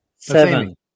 Seven